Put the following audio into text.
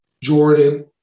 Jordan